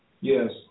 Yes